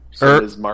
earth